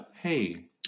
hey